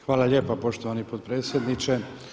Hvala lijepa poštovani potpredsjedniče.